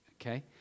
Okay